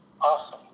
Awesome